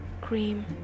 cream